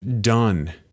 done